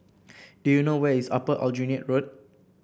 do you know where is Upper Aljunied Road